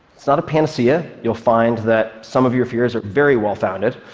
it's not a panacea. you'll find that some of your fears are very well-founded.